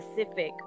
specific